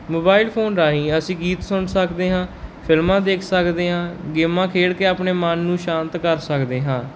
mobile phone ਰਾਹੀਂ ਅਸੀਂ ਗੀਤ ਸੁਣ ਸਕਦੇ ਹਾਂ ਫ਼ਿਲਮਾਂ ਦੇਖ ਸਕਦੇ ਹਾਂ ਗੇਮਾਂ ਖੇਡ ਕੇ ਆਪਣੇ ਮਨ ਨੂੰ ਸ਼ਾਂਤ ਕਰ ਸਕਦੇ ਹਾਂ